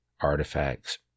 artifacts